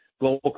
global